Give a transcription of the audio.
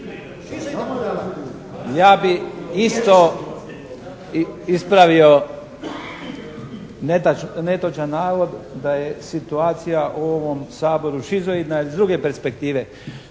Ja bih isto ispravio netočan navod da je situacija u ovom Saboru šizoidna iz druge perspektive